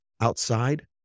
outside